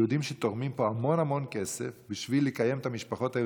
יהודים שתורמים פה המון המון כסף בשביל לקיים את המשפחות האלה,